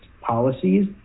policies